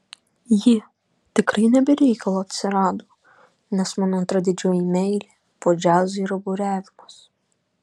ji tikrai ne be reikalo atsirado nes mano antra didžioji meilė po džiazo yra buriavimas